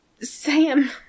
Sam